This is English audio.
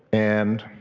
and